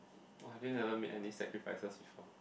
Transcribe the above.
!wah! I really never meet any sacrifices before